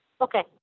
Okay